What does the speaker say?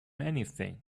anything